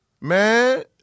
man